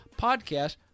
podcast